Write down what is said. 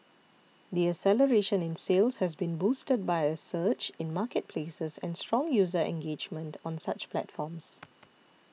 the acceleration in sales has been boosted by a surge in marketplaces and strong user engagement on such platforms